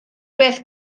bethau